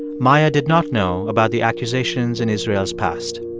maia did not know about the accusations in israel's past.